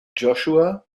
joshua